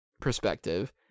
perspective